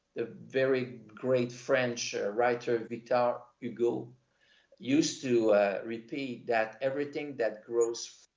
the very great french writer victor hugo used to repeat that everything that grows,